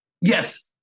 Yes